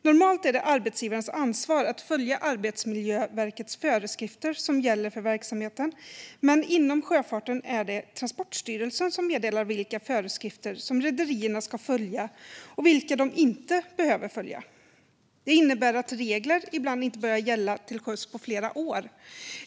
Normalt är det arbetsgivarens ansvar att följa Arbetsmiljöverkets föreskrifter som gäller för verksamheten, men inom sjöfarten är det Transporstyrelsen som meddelar vilka föreskrifter som rederierna ska följa och vilka de inte behöver följa. Det innebär att regler ibland inte börjar gälla till sjöss på flera år.